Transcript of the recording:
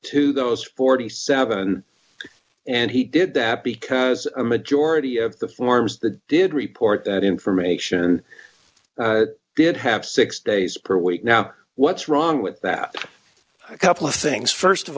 to those forty seven dollars and he did that because a majority of the forms that did report that information did have six days per week now what's wrong with that couple of things st of